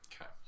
Okay